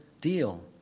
deal